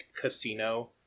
casino